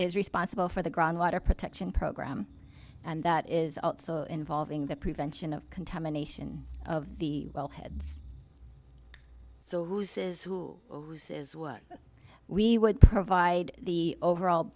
is responsible for the groundwater protection program and that is also involving the prevention of contamination of the wellhead so who says who says what we would provide the overall